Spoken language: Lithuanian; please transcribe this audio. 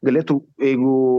galėtų jeigu